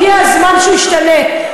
הגיע הזמן שהיא תשתנה.